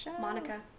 Monica